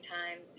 time